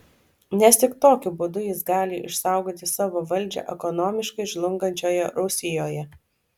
nes tik tokiu būdu jis gali išsaugoti savo valdžią ekonomiškai žlungančioje rusijoje